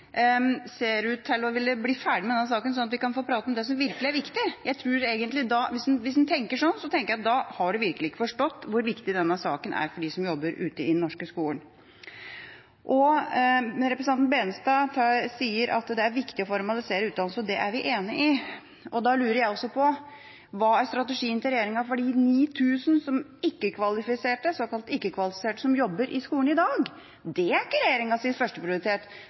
ser ut til å ville bli ferdig med denne saken, sånn at vi kan få prate om det som virkelig er viktig. Hvis en tenker sånn, tenker jeg at en virkelig ikke har forstått hvor viktig denne saken er for dem som jobber i den norske skolen. Representanten Tveiten Benestad sier at det er viktig å formalisere utdanning, og det er vi enig i. Da lurer jeg på hva som er strategien til regjeringa for de 9 000 såkalt ikke-kvalifiserte som jobber i skolen i dag. Det er ikke